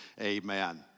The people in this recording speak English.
Amen